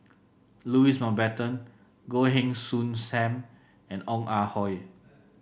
Louis Mountbatten Goh Heng Soon Sam and Ong Ah Hoi